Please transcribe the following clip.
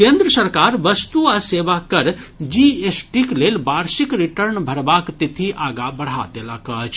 केन्द्र सरकार वस्तु आ सेवा कर जीएसटीक लेल वार्षिक रिटर्न भरबाक तिथि आगा बढ़ा देलक अछि